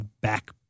back